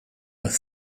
with